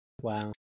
Wow